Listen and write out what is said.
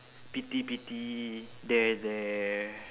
pity pity there there